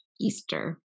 Easter